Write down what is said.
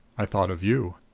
i thought of you.